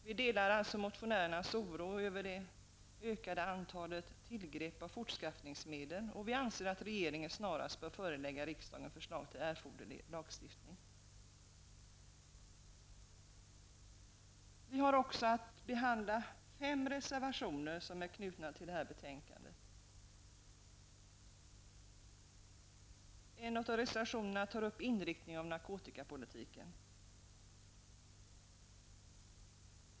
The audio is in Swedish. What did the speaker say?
Utskottet delar motionärernas oro över det ökade antalet tillgrepp av fortskaffningsmedel, och utskottet anser att regeringen snarast bör förelägga riksdagen förslag till erforderlig lagstiftning. Vi har också att behandla fem reservationer som är knutna till betänkandet. En av reservationerna tar upp frågan om inriktningen av narkotikapolitiken.